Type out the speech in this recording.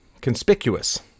conspicuous